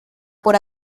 por